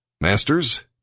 Masters